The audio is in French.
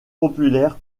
populaire